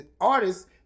artists